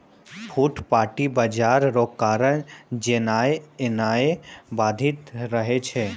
फुटपाटी बाजार रो कारण जेनाय एनाय बाधित रहै छै